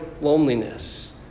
loneliness